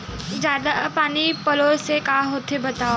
जादा पानी पलोय से का होथे बतावव?